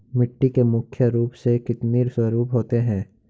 मिट्टी के मुख्य रूप से कितने स्वरूप होते हैं?